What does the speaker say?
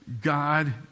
God